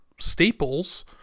staples